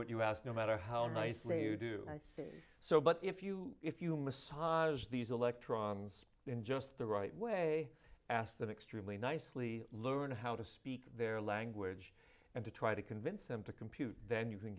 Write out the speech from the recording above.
what you ask no matter how nicely you do so but if you if you massage these electrons in just the right way ask them extremely nicely learn how to speak their language and to try to convince them to compute then you can